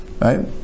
right